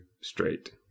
straight